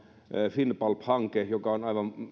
finnpulp hanke joka on aivan